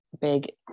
big